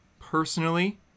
Personally